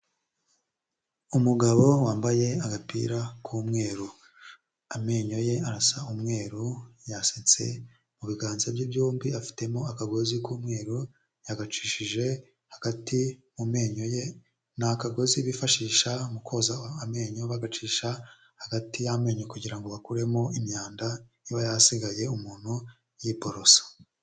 Umugabo wambaye agapira k'umweru, amenyo ye arasa umweru, yasetse mu biganza bye byombi afitemo akagozi k'umweru, yagacishije hagati mu menyo ye ni akagozi bifashisha mu koza amenyo bagacisha hagati y'amenyo kugira ngo bakuremo imyanda iba yasigaye umuntu yiborosa.